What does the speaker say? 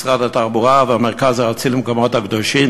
את משרד התחבורה והמרכז הארצי למקומות הקדושים,